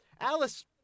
Alice